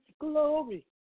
glory